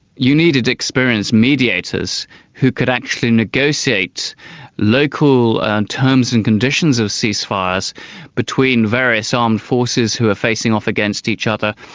you needed experienced mediators who could actually negotiate local terms and conditions of ceasefires between various armed forces who are facing off against each other,